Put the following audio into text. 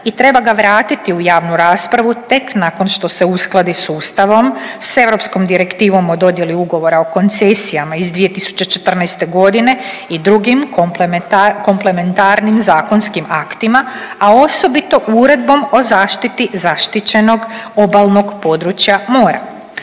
i treba ga vratiti u javnu raspravu tek nakon što se uskladi s Ustavom, s Europskom direktivom o dodjeli ugovora o koncesijama iz 2014. godine i drugim komplementarnim zakonskim aktima, a osobito Uredbom o zaštiti zaštićenog obalnog područja mora.